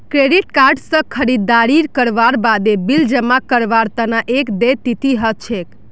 credit card स खरीददारी करवार बादे बिल जमा करवार तना एक देय तिथि ह छेक